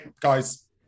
guys